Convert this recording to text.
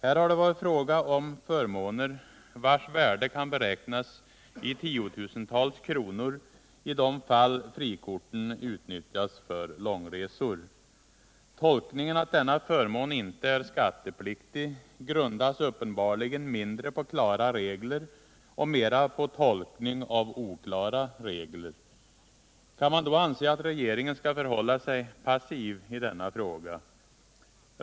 Här har det varit fråga om förmåner vilkas värde kan beräknas till tiotusentals kronor i de fall frikorten utnyttjats för långresor. Tolkningen att denna förmån inte är skattepliktig grundas uppenbarligen mindre på klara regler och mer på tolkning av oklara regler. Kan man då anse att regeringen skall förhålla sig passiv i denna fråga?